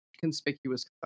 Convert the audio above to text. conspicuous